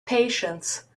patience